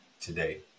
today